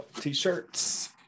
t-shirts